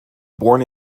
born